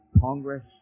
Congress